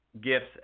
gifts